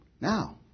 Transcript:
Now